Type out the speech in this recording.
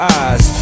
eyes